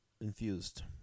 infused